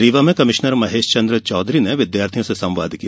रीवा में कभिश्नर महेशचंद्र चौधरी ने विद्यार्थियों से संवाद किया